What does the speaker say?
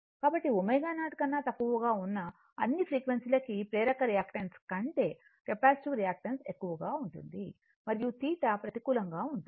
కాబట్టి ω0 కన్నా తక్కువగా ఉన్న అన్ని ఫ్రీక్వెన్సీలకి ప్రేరక రియాక్టన్స్ కంటే కెపాసిటివ్ రియాక్టన్స్ ఎక్కువగా ఉంటుంది మరియు θ ప్రతికూలంగా ఉంటుంది